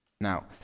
Now